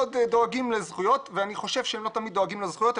דואגים לזכויות ואני חושב שהם לא תמיד דואגים לזכויות,